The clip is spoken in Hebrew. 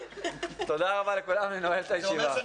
תודה רבה לכולם, הישיבה נעולה.